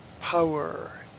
power